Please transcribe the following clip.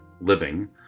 living